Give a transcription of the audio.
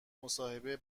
مصاحبه